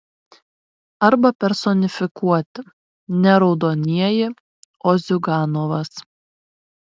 arba personifikuoti ne raudonieji o ziuganovas